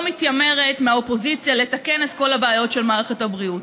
לא מתיימרת לתקן את כל הבעיות של מערכת הבריאות,